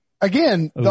Again